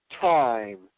time